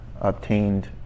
obtained